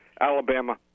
Alabama